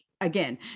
again